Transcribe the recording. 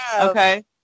Okay